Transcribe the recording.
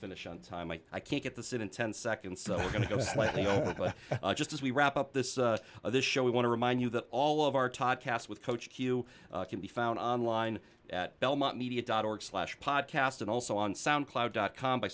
finish on time i can't get the sit in ten seconds so i'm going to go slightly just as we wrap up this on this show we want to remind you that all of our typecast with coach q can be found online at belmont media dot org slash podcast and also on sound cloud dot com by